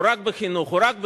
רק בחינוך, רק בספורט,